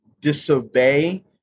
disobey